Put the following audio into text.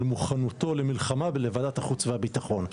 מוכנותו למלחמה לוועדת החוץ והביטחון.